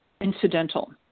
incidental